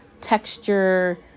texture